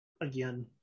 again